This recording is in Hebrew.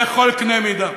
בכל קנה מידה.